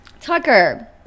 Tucker